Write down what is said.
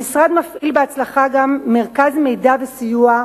המשרד מפעיל בהצלחה גם מרכז מידע וסיוע,